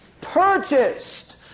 Purchased